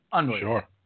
Sure